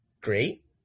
great